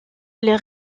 les